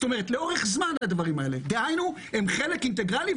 כלומר, זה לאורך זמן, והם חלק אינטגרלי.